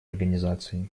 организации